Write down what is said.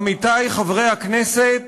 עמיתי חברי הכנסת,